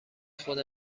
خود